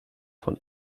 von